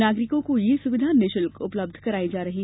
नागरिकों को यह सुविधा निःशुल्क उपलब्ध कराई जा रही है